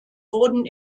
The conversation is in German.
wurden